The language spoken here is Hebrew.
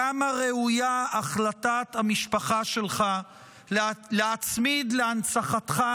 כמה ראויה החלטת המשפחה שלך להצמיד להנצחתך